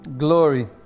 Glory